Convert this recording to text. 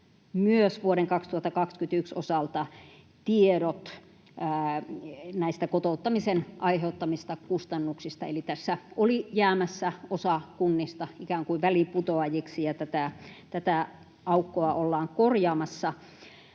myös vuoden 2021 osalta tiedot näistä kotouttamisen aiheuttamista kustannuksista. Eli tässä oli jäämässä osa kunnista ikään kuin väliinputoajiksi, ja tätä aukkoa ollaan korjaamassa.